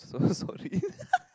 !oops! so sorry